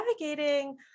navigating